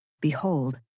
Behold